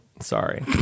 Sorry